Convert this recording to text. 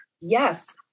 yes